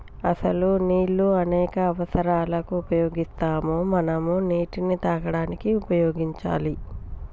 అసలు నీళ్ళు అనేక అవసరాలకు ఉపయోగిస్తాము మనం నీటిని తాగడానికి ఉపయోగించాలి